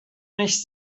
nicht